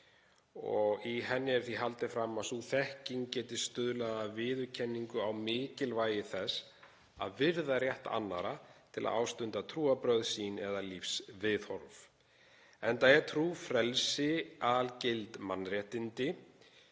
Í henni er því haldið fram að sú þekking geti stuðlað að viðurkenningu á mikilvægi þess að virða rétt allra til að ástunda trúarbrögð sín eða lífsviðhorf, enda er trúfrelsi algild mannréttindi,